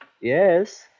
Yes